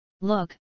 Look